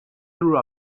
through